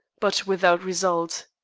but without result.